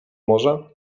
morza